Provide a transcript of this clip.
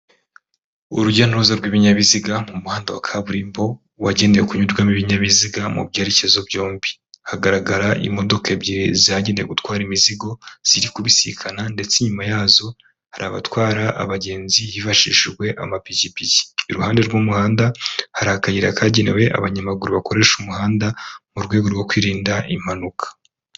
urujya nuruza rw'ibinyabiziga mu muhanda wa kaburimbo wagenewe kunyurwamo ibinyabiziga mu byerekezo byombi hagaragara imodoka ebyiri zagenewe gutwara imizigo ziri kubisikana ndetse nyuma yazo hari abatwara abagenzi hifashishijwe amapikipiki iruhande rw'umuhanda hari akayira kagenewe abanyamaguru bakoresha umuhanda mu rwego rwo kwirinda impanuka.